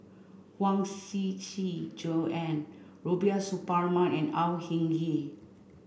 Huang Shiqi Joan Rubiah Suparman and Au Hing Yee